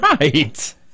right